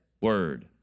word